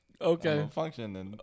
Okay